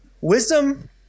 wisdom